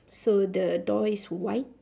so the door is white